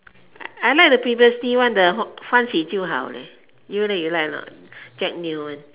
I like the previously one the 欢喜就好 you leh you like or not Jack Neo